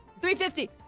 350